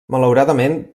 malauradament